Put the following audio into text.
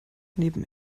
neben